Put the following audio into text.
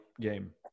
game